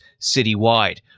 citywide